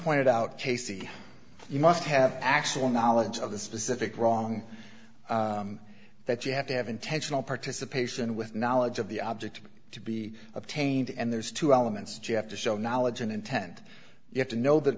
pointed out j c you must have actual knowledge of the specific wrong that you have to have intentional participation with knowledge of the object to be obtained and there's two elements jeff to show knowledge and intent you have to know that